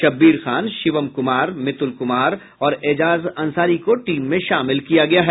शब्बीर खान शिवम कुमार मितुल कुमार और एजाज अंसारी को टीम में शामिल किया गया है